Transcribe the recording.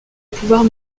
pouvoirs